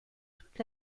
toute